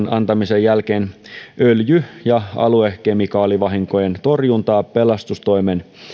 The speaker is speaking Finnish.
hallituksen esityksen antamisen jälkeen öljy ja aluskemikaalivahinkojen torjuntaa pelastustoimen